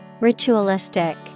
Ritualistic